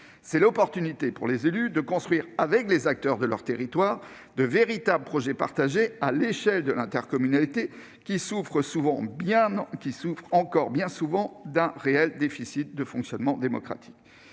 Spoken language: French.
C'est l'occasion pour les élus de construire, avec les acteurs de leurs territoires, de véritables projets partagés à l'échelle de l'intercommunalité, échelle qui souffre encore bien souvent d'un réel déficit de fonctionnement démocratique.